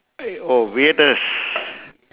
oh weirdest